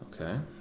Okay